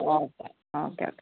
okay okay okay